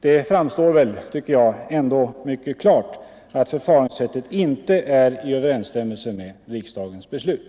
Det framstår, tycker jag, mycket klart att förfaringssättet inte är i överensstämmelse med riksdagens beslut.